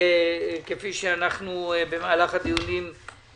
מי בעד סעיפים 6 ו-7 עם הסעיפים שאמרנו של חובת הדיווח בחוק?